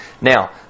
Now